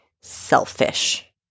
selfish